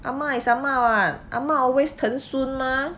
ahma is ahma [what] ahma always 疼孙 mah